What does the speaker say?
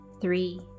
three